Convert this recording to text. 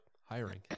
hiring